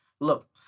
look